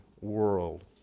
world